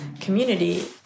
community